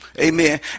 Amen